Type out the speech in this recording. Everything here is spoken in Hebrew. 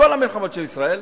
בכל מלחמות ישראל,